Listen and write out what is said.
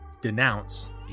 denounce